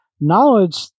knowledge